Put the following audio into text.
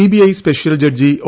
CBI special judge O